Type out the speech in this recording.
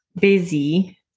busy